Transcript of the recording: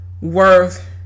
worth